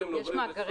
יש מאגרים